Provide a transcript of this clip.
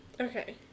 Okay